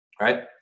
right